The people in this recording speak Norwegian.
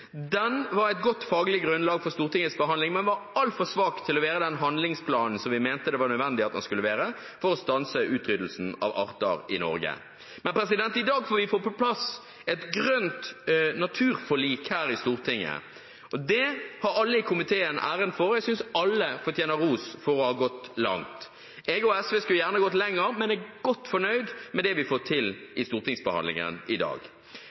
Den var et godt faglig grunnlag for Stortingets behandling, men var altfor svak til å være den handlingsplanen vi mente det var nødvendig at den skulle være for å stanse utryddelsen av arter i Norge. I dag får vi på plass et grønt naturforlik her i Stortinget, og det har alle i komiteen æren for. Jeg synes alle fortjener ros for å ha gått langt. SV og jeg skulle gjerne gått lenger, men er godt fornøyde med det vi får til i stortingsbehandlingen i dag.